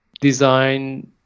design